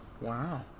Wow